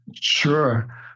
Sure